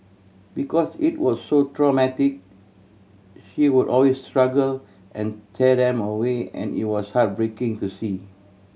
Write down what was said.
because it was so traumatic she would always struggle and tear them away and it was heartbreaking to see